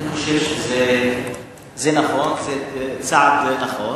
אני חושב שזה נכון, זה צעד נכון.